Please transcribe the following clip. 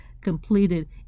completed